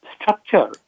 structure